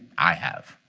i have.